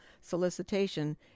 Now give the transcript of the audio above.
solicitation